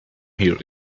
here